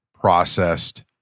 processed